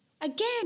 again